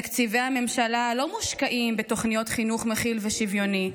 תקציבי הממשלה לא מושקעים בתוכניות חינוך מכיל ושוויוני,